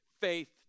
faith